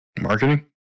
Marketing